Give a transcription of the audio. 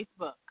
Facebook